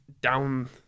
down